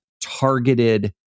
targeted